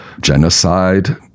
genocide